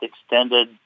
extended